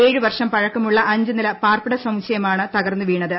ഏഴു വർഷം പഴക്കമുള്ള അഞ്ച് നില പാർപ്പിട സമുച്ചയമാണ് തകർന്ന് വീണത്